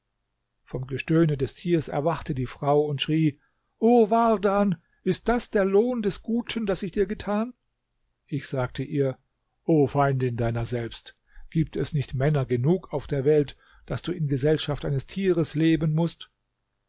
vom gestöhne des tiers erwachte die frau und schrie o wardan ist das der lohn des guten das ich dir getan ich sagte ihr o feindin deiner selbst gibt es nicht männer genug auf der welt daß du in gesellschaft eines tieres leben mußt